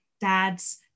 dad's